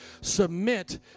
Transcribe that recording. Submit